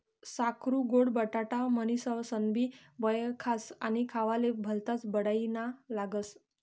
साकरु गोड बटाटा म्हनीनसनबी वयखास आणि खावाले भल्ता बडाईना लागस